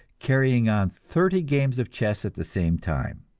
carrying on thirty games of chess at the same time.